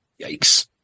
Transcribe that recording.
Yikes